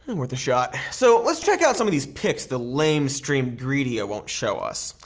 and worth a shot, so let's check out some of these pics the lamestream greedia won't show us.